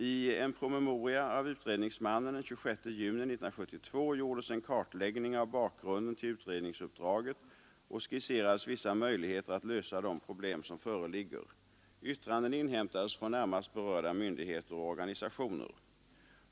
I en promemoria av utredningsmannen den 26 juni 1972 gjordes en kartläggning av bakgrunden till utredningsuppdraget och skisserades vissa möjligheter att lösa de problem som föreligger. Yttranden inhämtades från närmast berörda myndigheter och organisationer.